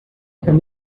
kann